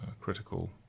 critical